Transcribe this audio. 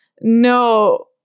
no